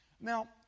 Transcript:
Now